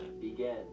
begin